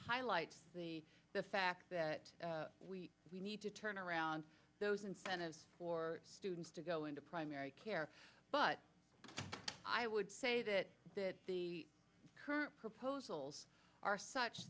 highlights the fact that we we need to turn around those incentives for students to go into primary care but i would say that the current proposals are such